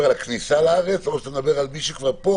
הכניסה לארץ או מי שכבר פה